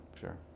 sure